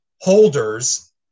holders